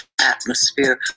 atmosphere